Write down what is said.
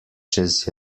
čez